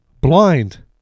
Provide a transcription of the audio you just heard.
blind